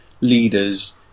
leaders